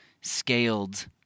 scaled